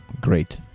Great